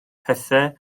pethau